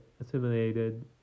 assimilated